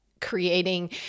creating